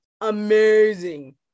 amazing